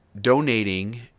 donating